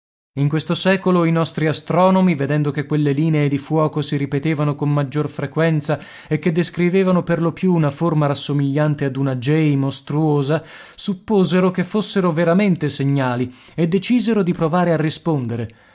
in questo secolo i nostri astronomi vedendo che quelle linee di fuoco si ripetevano con maggior frequenza e che descrivevano per lo più una forma rassomigliante ad una j mostruosa supposero che fossero veramente segnali e decisero di provare a rispondere